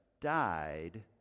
died